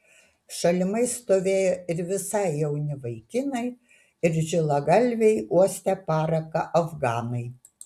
šalimais stovėjo ir visai jauni vaikinai ir žilagalviai uostę paraką afganai